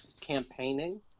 campaigning